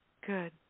Good